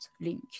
link